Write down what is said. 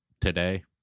today